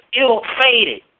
ill-fated